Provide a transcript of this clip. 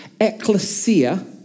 ecclesia